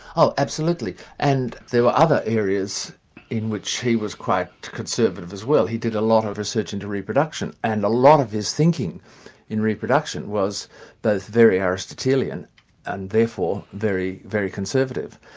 oh, absolutely. and there were other areas in which he was quite conservative as well. he did a lot of research into reproduction, and a lot of his thinking in reproduction was both very aristotelian and therefore very, very conservative.